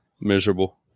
miserable